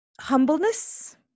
humbleness